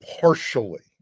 partially